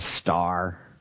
star